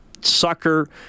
sucker